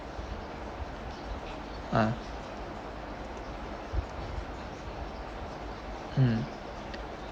ah mm